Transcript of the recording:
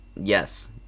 Yes